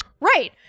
Right